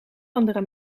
andere